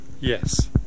yes